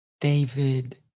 David